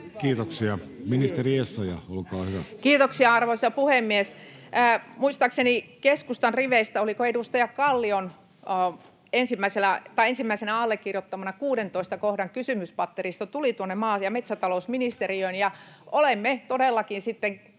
kesk) Time: 16:33 Content: Kiitoksia, arvoisa puhemies! Muistaakseni keskustan riveistä, oliko edustaja Kallion ensimmäisenä allekirjoittama, oli 16 kohdan kysymyspatteristo, joka tuli tuonne maa- ja metsätalousministeriöön. Olemme todellakin sen